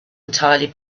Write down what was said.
entirely